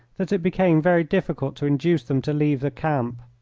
that it became very difficult to induce them to leave the camp.